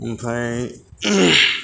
ओमफाय